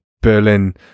berlin